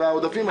על העודפים.